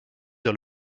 vers